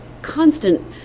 constant